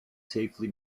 safely